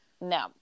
No